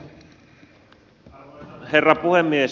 arvoisa herra puhemies